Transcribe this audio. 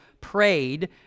prayed